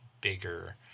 bigger